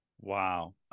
Wow